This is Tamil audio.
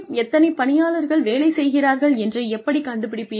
எத்தனை பணியாளர்கள் வேலை செய்கிறார்கள் என்று எப்படிக் கண்டுபிடிப்பீர்கள்